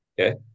Okay